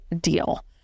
deal